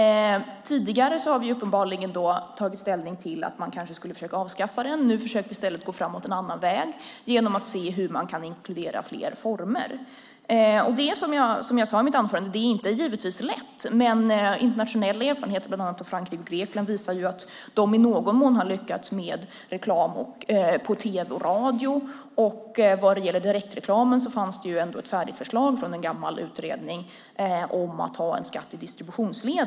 Tidigare har vi uppenbarligen tagit ställning för att man kanske skulle försöka avskaffa den. Nu försöker vi i stället gå framåt på en annan väg genom att se hur man kan inkludera fler former. Det är som jag sade i mitt anförande: Det är givetvis inte lätt, men internationella erfarenheter från bland annat Frankrike och Grekland visar att de i någon mån har lyckats med reklamen på tv och radio. Vad gäller direktreklamen fanns ändå ett färdigt förslag från en gammal utredning om att ha en skatt i distributionsledet.